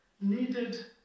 needed